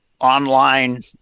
online